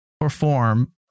perform